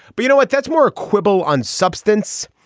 but you know what? that's more a quibble on substance.